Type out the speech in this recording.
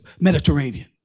Mediterranean